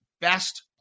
best